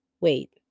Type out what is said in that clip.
Wait